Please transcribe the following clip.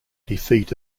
defeat